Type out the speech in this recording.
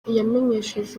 yamenyesheje